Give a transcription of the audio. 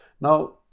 Now